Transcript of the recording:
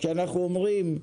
כשאנחנו אומרים: